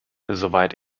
soweit